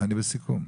אני בסיכום.